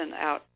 out